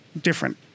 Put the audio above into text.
different